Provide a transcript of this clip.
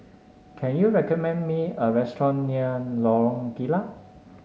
can you recommend me a restaurant near Lorong Kilat